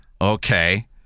Okay